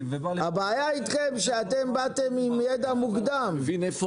לשוק שיצר עלייה הדרגתית במס כיוון שצריך